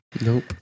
nope